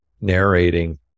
narrating